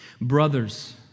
brothers